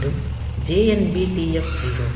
மீண்டும் JNB TF0